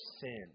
sin